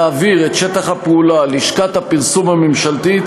להעביר את שטח הפעולה לשכת הפרסום הממשלתית